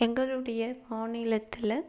எங்களுடைய மாநிலத்தில்